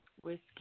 whiskey